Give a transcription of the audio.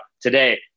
today